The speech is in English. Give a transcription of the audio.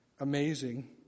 amazing